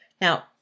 Now